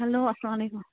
hello اسَلام علیکم